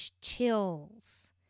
chills